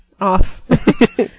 Off